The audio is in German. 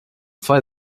zwei